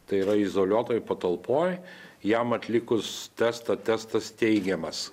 tai yra izoliuotoj patalpoj jam atlikus testą testas teigiamas